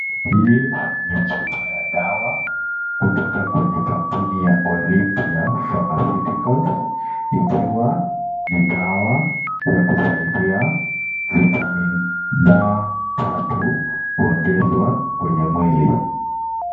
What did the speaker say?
Hii ni chupa ya dawa, kutoka kwenye kampuni ya Olympia Pharmaceuticals, ikiwa ni dawa ya kusaidia Vitamini D3, kuongezwa kwenye mwili.